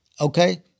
Okay